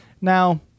Now